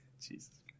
Jesus